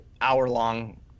hour-long